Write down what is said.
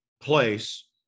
place